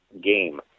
game